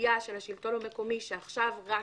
הגבייה של השלטון המקומי שעכשיו רק